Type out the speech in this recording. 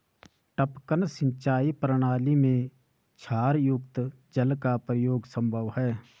टपकन सिंचाई प्रणाली में क्षारयुक्त जल का प्रयोग संभव है